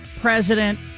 president